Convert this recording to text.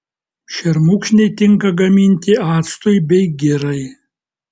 šermukšniai tinka gaminti actui bei girai